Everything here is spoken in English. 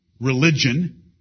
religion